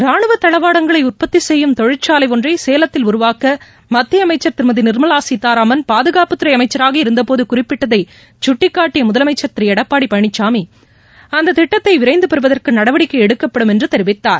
ரானுவதளவாடங்களைஉற்பத்திசெய்யும் தொழிற்சாலைஒன்றைசேலத்தில் உருவாக்கமத்தியஅமைச்சர் திருமதிநிர்மலாசீதாராமன் பாதுகாப்புத்துறைஅமைச்சராக இருந்தபோதுகுறிப்பிட்டதைகட்டிக்காட்டியமுதலமைச்சர் திருஎடப்பாடிபழனிசாமி அந்ததிட்டத்தைவிரைந்துபெறுவதற்குநடவடிக்கைஎடுக்கப்படும் என்றுதெரிவித்தார்